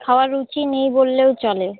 খাওয়ার রুচি নেই বললেও চলে